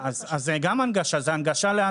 זוהי גם הנגשה.